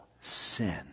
sin